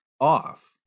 off